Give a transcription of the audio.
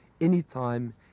anytime